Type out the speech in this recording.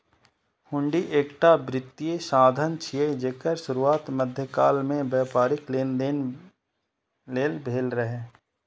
हुंडी एकटा वित्तीय साधन छियै, जेकर शुरुआत मध्यकाल मे व्यापारिक लेनदेन लेल भेल रहै